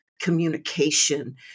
communication